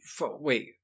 Wait